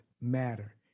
matter